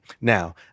Now